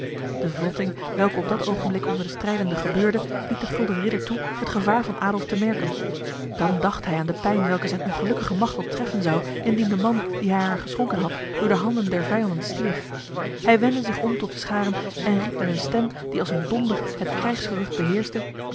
de vlotting welke op dat ogenblik onder de strijdenden gebeurde liet de gulden ridder toe het gevaar van adolf te merken dan dacht hij aan de pijn welke zijn ongelukkige machteld treffen zou indien de man die hij haar geschonken had door de handen der vijanden stierf hij wendde zich om tot de scharen en riep met een stem die als een donder het krijgsgerucht beheerste